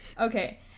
Okay